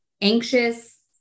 anxious